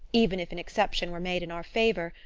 even if an exception were made in our favour,